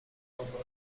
دنبالمون